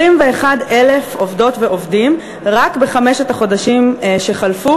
21,000 עובדות ועובדים רק בחמשת החודשים שחלפו